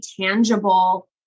tangible